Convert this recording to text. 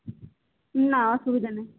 না অসুবিধা নেই